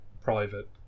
private